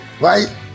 right